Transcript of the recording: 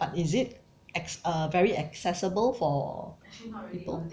is it accs~ uh very accessible for people